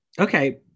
okay